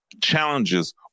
challenges